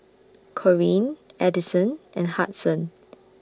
Corene Adison and Hudson